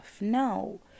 No